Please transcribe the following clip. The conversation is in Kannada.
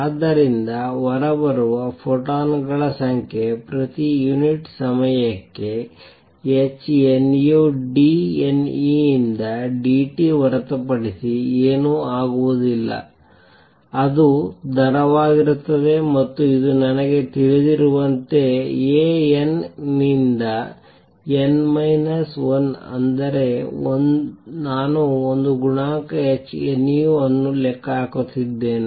ಆದ್ದರಿಂದ ಹೊರಬರುವ ಫೋಟಾನ್ಗಳ ಸಂಖ್ಯೆ ಪ್ರತಿ ಯುನಿಟ್ ಸಮಯಕ್ಕೆ h nu d N ಯಿಂದ d t ಹೊರತುಪಡಿಸಿ ಏನೂ ಆಗುವುದಿಲ್ಲ ಅದು ದರವಾಗಿರುತ್ತದೆ ಮತ್ತು ಇದು ನನಗೆ ತಿಳಿದಿರುವಂತೆ A n ನಿಂದ n ಮೈನಸ್ 1 ಅಂದರೆ 1 ನಾನು ಗುಣಾಂಕ h nu ಅನ್ನು ಲೆಕ್ಕ ಹಾಕುತ್ತಿದ್ದೇನೆ